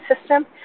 system